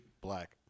Black